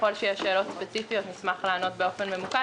ככל שיש שאלות ספציפיות נשמח לענות באופן ממוקד.